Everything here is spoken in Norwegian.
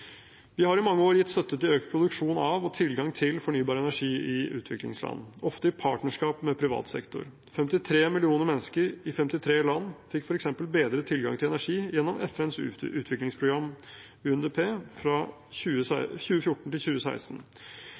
Vi har i mange år gitt støtte til økt produksjon av, og tilgang til, fornybar energi i utviklingsland, ofte i partnerskap med privat sektor. 53 millioner mennesker, i 53 land, fikk f.eks. bedret tilgang til energi gjennom FNs utviklingsprogram, UNDP, fra 2014 til 2016.